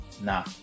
Nah